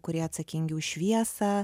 kurie atsakingi už šviesą